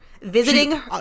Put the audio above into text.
Visiting